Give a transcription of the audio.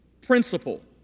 principle